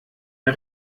der